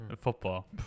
football